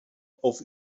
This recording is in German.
auf